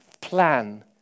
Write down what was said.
Plan